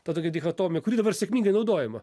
ta tokia dichotomija kuri dabar sėkmingai naudojama